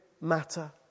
matter